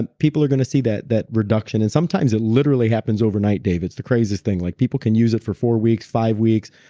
and people are going to see that that reduction and sometimes it literally happens overnight dave, it's the craziest thing. like people can use it for four weeks, five weeks.